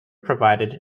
provided